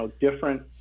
different